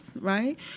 right